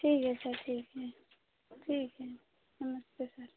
ठीक है सर ठीक है ठीक है नमस्ते सर